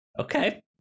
Okay